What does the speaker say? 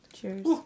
Cheers